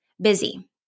busy